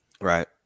Right